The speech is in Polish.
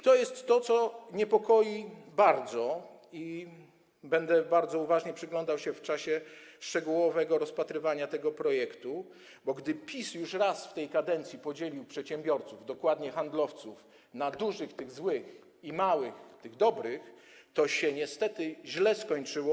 To jest to, co bardzo niepokoi, i będę bardzo uważnie przyglądał się temu w czasie szczegółowego rozpatrywania tego projektu, bo gdy PiS już raz w tej kadencji podzielił przedsiębiorców, dokładnie handlowców, na dużych - tych złych, i małych - tych dobrych, to się niestety źle skończyło.